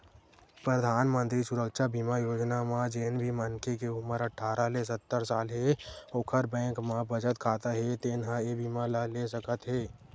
परधानमंतरी सुरक्छा बीमा योजना म जेन भी मनखे के उमर अठारह ले सत्तर साल हे ओखर बैंक म बचत खाता हे तेन ह ए बीमा ल ले सकत हे